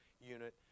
unit